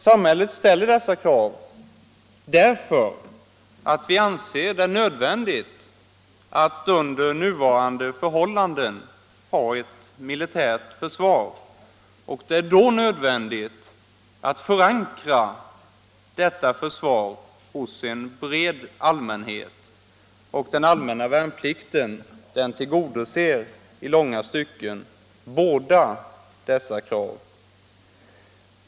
Samhället ställer dessa krav därför att vi anser det nödvändigt att under nuvarande förhållanden ha ett militärt försvar. Det är då nödvändingt att förankra detta försvar hos en bred allmänhet. Den allmänna värnplikten tillgodoser i långa stycken båda dessa krav.